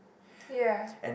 ya